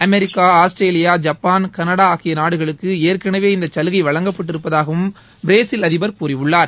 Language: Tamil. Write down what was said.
அமெரிக்கா ஆஸ்திரேலியா ஜப்பான் கனடா ஆகிய நாடுகளுக்கு ஏற்கனவே இந்த சலுகை வழங்கப்பட்டிருப்பதாகவும் பிரேசில் அதிபர் கூறியுள்ளார்